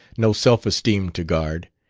no self-esteem to guard.